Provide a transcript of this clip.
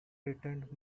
returned